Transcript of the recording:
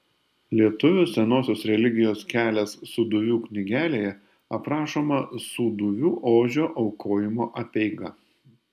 lietuvių senosios religijos kelias sūduvių knygelėje aprašoma sūduvių ožio aukojimo apeiga